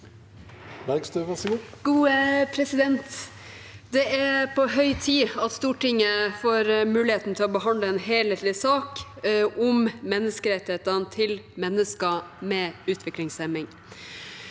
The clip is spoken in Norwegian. Bergstø (SV) (komiteens leder): Det er på høy tid at Stortinget får muligheten til å behandle en helhetlig sak om menneskerettighetene til mennesker med utviklingshemming.